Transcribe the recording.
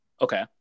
Okay